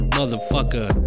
Motherfucker